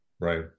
Right